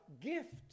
gift